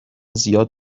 زیاد